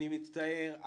מצטער.